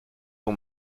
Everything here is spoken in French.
ton